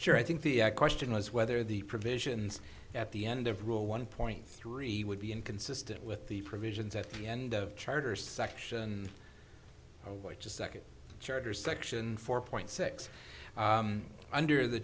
sure i think the question is whether the provisions at the end of rule one point three would be inconsistent with the provisions at the end of charter section which is second charter section four point six under the